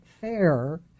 fair